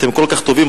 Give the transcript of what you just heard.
אתם כל כך טובים,